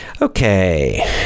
Okay